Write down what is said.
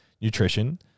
nutrition